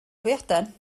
hwyaden